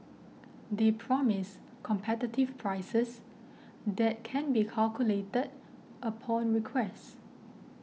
they promise competitive prices that can be calculated upon request